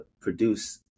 produce